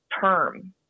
term